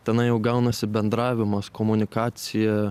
tenai jau gaunasi bendravimas komunikacija